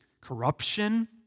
corruption